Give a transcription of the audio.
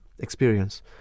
Experience